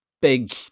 big